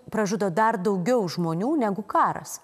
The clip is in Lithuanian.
pražudo dar daugiau žmonių negu karas